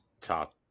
Top